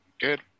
Good